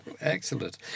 Excellent